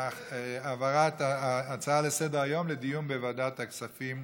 העברת ההצעה לסדר-היום לדיון בוועדת הכספים?